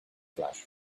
flash